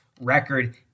record